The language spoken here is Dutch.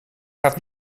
gaat